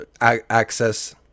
access